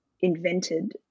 invented –